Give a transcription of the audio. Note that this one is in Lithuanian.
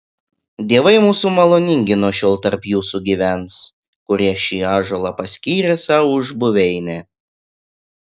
dievai mūsų maloningi nuo šiol tarp jūsų gyvens kurie šį ąžuolą paskyrė sau už buveinę